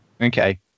Okay